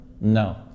no